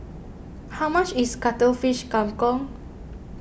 how much is Cuttlefish Kang Kong